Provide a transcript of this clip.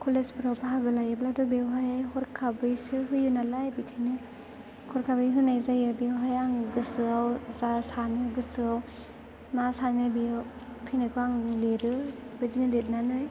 कलेजफ्राव बाहागो लायोब्लाथ' बेवहाय हरखाबैसो होयोनालाय बेखायनो हरखाबै होनाय जायो बेयावहाय आङो गोसोआव जा सानो गोसोआव मा सानो बेयो फैनायखौ आं लिरो बेदिनो लिरनानै